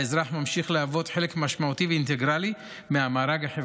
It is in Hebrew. ובה האזרח ממשיך להוות חלק משמעותי ואינטגרלי מהמארג החברתי,